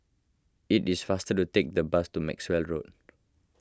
it is faster to take the bus to Maxwell Road